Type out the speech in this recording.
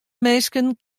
minsken